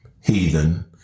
heathen